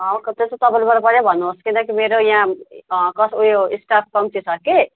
त्यो चाहिँ तपाईँले मलाई पहिल्यै भन्नुहोस् किनकि मेरो यहाँ उयो स्टाफ कम्ती छ कि